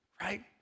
Right